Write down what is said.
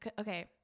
Okay